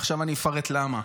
עכשיו אני אפרט למה.